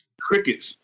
Crickets